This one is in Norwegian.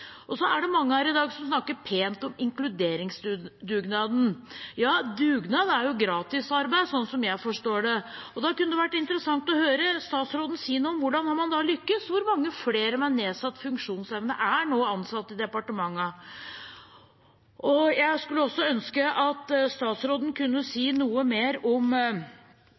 Mange har i dag snakket pent om inkluderingsdugnaden. Dugnad er gratisarbeid, slik jeg forstår det. Da kunne det vært interessant å høre statsråden si noe om hvordan man har lyktes. Hvor mange flere med nedsatt funksjonsevne er nå ansatt i departementene? Jeg skulle også ønske at statsråden kunne si noe mer om